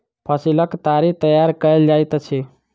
फसीलक ताड़ी तैयार कएल जाइत अछि